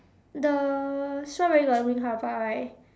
the strawberry got right